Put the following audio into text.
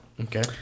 Okay